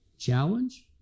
Challenge